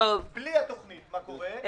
בלי התוכנית, מה קורה?